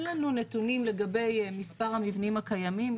אין לנו נתונים לגבי מספר המבנים הקיימים,